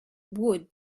would